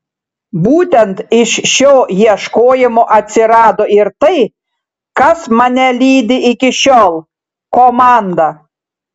būtent iš šio ieškojimo atsirado ir tai kas mane lydi iki šiol komanda